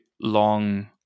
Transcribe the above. long